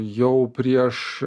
jau prieš